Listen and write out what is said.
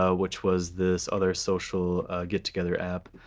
ah which was this other social get-together app.